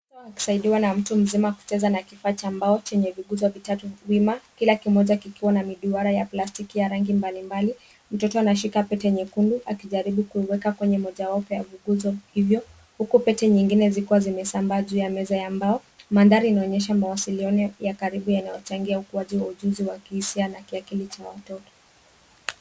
Mtoto akisaidiwa na mtu mzima kucheza na kifaa cha mbao chenye viguza vitatu wima kila kimoja kikiwa na miduara ya plastiki ya rangi mbalimbali. Mtoto anashika pete nyekundu akijaribu kuiweka kwenye mojawapo ya viguzo hivyo huku pete nyingine zikiwa zimesambaa juu ya meza ya mbao. Mandhari inaonyesha mawasiliano ya karibu yanayochangia ukuaji wa ujuzi wa kihisia na kiakili cha watoto.